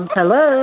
Hello